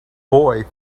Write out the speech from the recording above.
boy